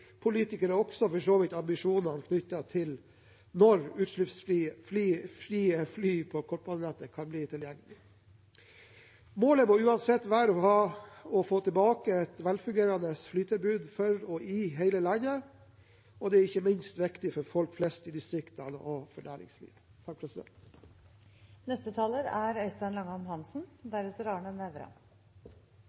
for så vidt også ambisjonene knyttet til når utslippsfrie fly på kortbanenettet kan bli tilgjengelig. Målet må uansett være å få tilbake et velfungerende flytilbud for og i hele landet. Det er ikke minst viktig for folk flest i distriktene og for næringslivet. Arbeiderpartiet er veldig opptatt av å ha et kortbanenett i landet. Det norske kortbanenettet er